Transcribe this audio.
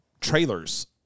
trailers